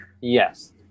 Yes